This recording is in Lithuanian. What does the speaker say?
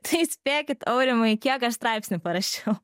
tai spėkit aurimai kiek aš straipsnį parašiau